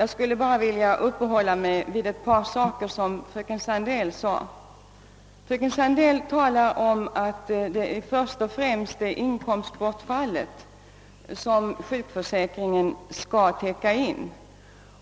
Jag skall ba ra uppehålla mig vid några punkter som togs upp av fröken Sandell. Fröken Sandell menade att det först och främst är inkomstbortfallet som skall täckas in av sjukförsäkringen,